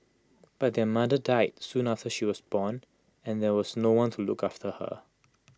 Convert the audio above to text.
but their mother died soon after she was born and there was no one to look after her